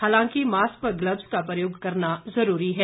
हालांकि मास्क व ग्लबस का प्रयोग करना जरूरी है